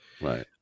Right